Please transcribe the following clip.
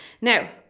Now